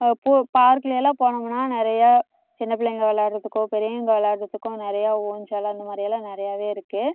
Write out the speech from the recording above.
போ பார்க்கில் எல்லாம் போனமுன்னால் நிறையா சின்ன பிள்ளைங்க விளையாட்றதுக்கோ பெரியவங்க விளையாட்றதுக்கும் நிறையா ஊஞ்சல் அந்த மாதிரியெல்லாம் நிறையாவே இருக்குது